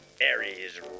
Aries